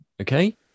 okay